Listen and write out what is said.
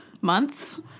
Months